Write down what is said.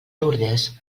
lourdes